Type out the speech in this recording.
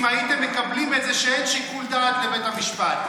הייתם מקבלים את זה שאין שיקול דעת לבית המשפט.